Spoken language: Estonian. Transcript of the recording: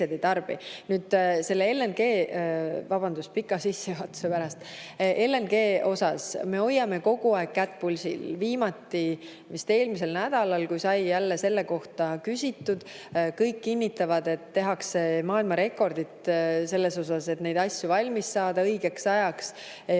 ei tarbi. Vabandust pika sissejuhatuse pärast! LNG osas me hoiame kogu aeg kätt pulsil. Viimati see oli vist eelmisel nädalal, kui sai jälle selle kohta küsitud. Kõik kinnitavad, et tehakse maailmarekordit selles osas, et need asjad valmis saada õigeks ajaks.